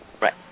right